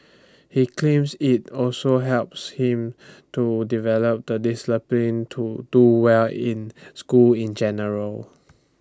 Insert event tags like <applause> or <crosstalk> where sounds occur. he claims IT also helps him to develop the <unintelligible> to do well in school in general